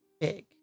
big